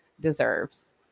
deserves